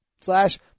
slash